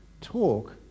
talk